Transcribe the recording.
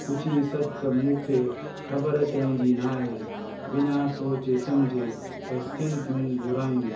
पुछी सचु त मूंखे ख़बर तुंहिंजी नाहे बिना सोचे समुझे बसि थियनि थियूं बुरायूं